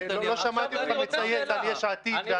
לא שמעתי אותך מצייץ על יש עתיד.